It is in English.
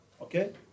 Okay